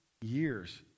years